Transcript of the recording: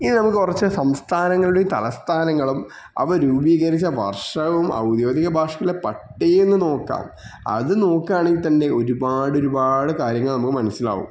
ഇനി നമുക്ക് കുറച്ച് സംസ്ഥാങ്ങളുടെയും തലസ്ഥാനങ്ങളും അവ രൂപീകരിച്ച വർഷവും ഔദ്യോഗിക ഭാഷകൾ പട്ടേന്ന് നോക്കാം അത് നോക്കുകയാണെങ്കിൽ തന്നെ ഒരുപാട് ഒരുപാട് കാര്യങ്ങൾ നമ്മൾ മനസ്സിലാവും